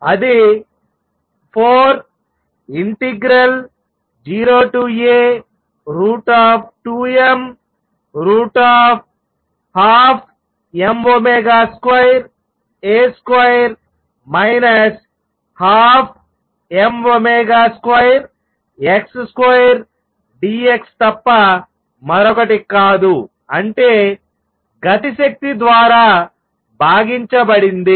అది 40A√√dx తప్ప మరొకటి కాదు అంటే గతి శక్తి ద్వారా భాగించబడింది